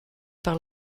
par